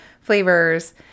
flavors